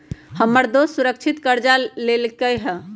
हमर दोस सुरक्षित करजा लेलकै ह